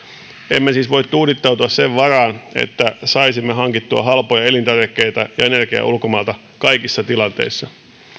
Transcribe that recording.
emme siis voi tuudittautua sen varaan että saisimme hankittua halpoja elintarvikkeita ja energiaa ulkomailta kaikissa tilanteissa